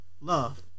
love